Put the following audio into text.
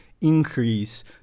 increase